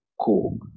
cool